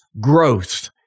growth